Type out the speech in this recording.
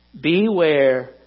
Beware